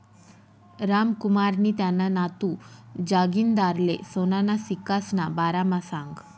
रामकुमारनी त्याना नातू जागिंदरले सोनाना सिक्कासना बारामा सांगं